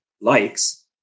likes